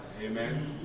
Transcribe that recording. Amen